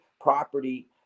property